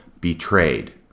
betrayed